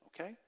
okay